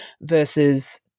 Versus